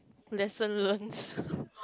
lesson learnt